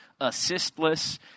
assistless